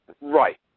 Right